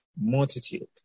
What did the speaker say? multitude